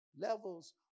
levels